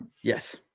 Yes